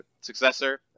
successor